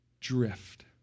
drift